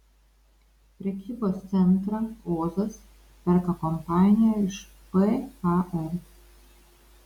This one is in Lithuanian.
prekybos centrą ozas perka kompanija iš par